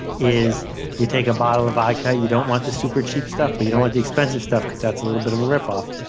is you take a bottle of vodka. you don't want the super cheap stuff but you don't want the expensive stuff because that's a little bit of a rip off.